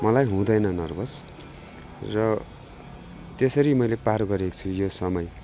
मलाई हुँदैन नर्भस र त्यसरी मैले पार गरेको छु यो समय